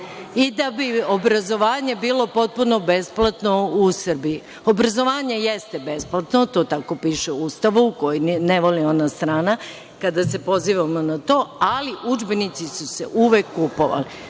i da bi obrazovanje bilo potpuno besplatno u Srbiji. Obrazovanje jeste besplatno, to tako piše u Ustavu, koji ne voli ona strana kada se pozivamo na to, ali udžbenici su se uvek kupovali.